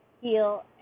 heal